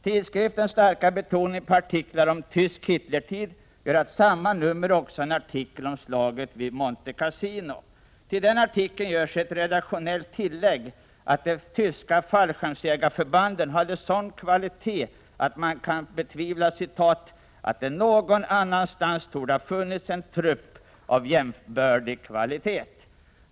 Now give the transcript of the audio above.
Tidskriftens starka betoning på artiklar om tysk Hitlertid gör att samma nummer också har en artikel om slaget vid Monte Cassino. Till den artikeln görs ett redaktionellt tillägg om att de tyska fallskärmsjägarförbanden hade sådan kvalitet att man kan betvivla ”att det någon annanstans kunde finnas en trupp av jämbördig kvalitet”.